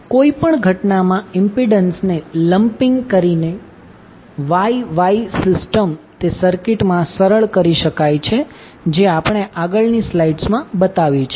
કોઈ પણ ઘટનામાં ઇમ્પિડન્સને લમ્પિંગ કરીને Y Y સિસ્ટમ તે સર્કિટમાં સરળ કરી શકાય છે જે આપણે આગળની સ્લાઇડ્સમાં બતાવી છે